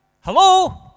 Hello